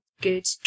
Good